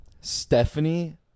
Stephanie